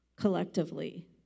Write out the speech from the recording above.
collectively